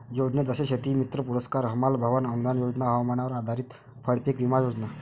योजने जसे शेतीमित्र पुरस्कार, हमाल भवन अनूदान योजना, हवामानावर आधारित फळपीक विमा योजना